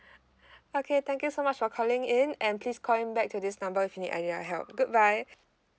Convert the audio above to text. okay thank you so much for calling in and please call in back to this number if you need any of help goodbye